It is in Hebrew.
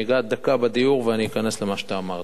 אני אגע דקה בדיור ואני אכנס למה שאתה אמרת.